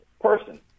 person